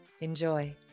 Enjoy